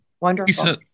wonderful